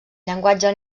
llenguatge